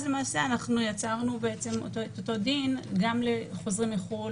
אז למעשה יצרנו את אותו דין גם לחוזרים מחוץ לארץ,